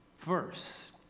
verse